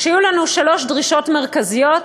היו לנו שלוש דרישות מרכזיות,